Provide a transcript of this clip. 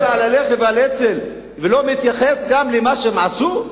ראש ממשלה שמדבר על הלח"י ועל האצ"ל לא מתייחס גם למה שהם עשו?